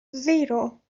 zero